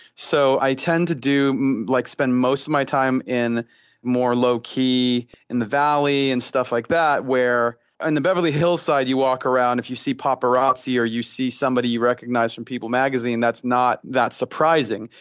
so i tend to do, like spend most of my time in more low key in the valley and stuff like that. where on and the beverly hills side, you walk around and if you see paparazzi or you see somebody you recognize from people magazine that's not that surprising,